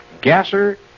Gasser